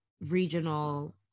regional